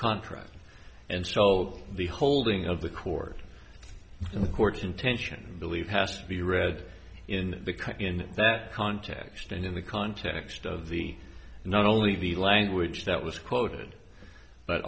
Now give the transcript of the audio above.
contract and so the holding of the court and the court's intention believe has to be read in because in that context and in the context of the not only the language that was quoted but